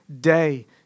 day